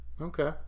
Okay